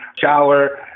shower